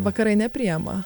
vakarai nepriema